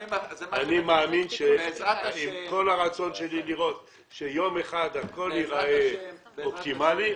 עם כל הרצון שלי לראות שיום אחד הכול יהיה אופטימלי,